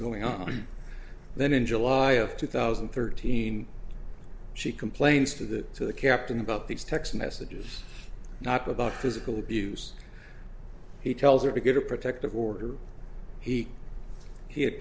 going on then in july of two thousand and thirteen she complains to the to the captain about these text messages not about physical abuse he tells her to get a protective order he he had